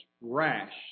rash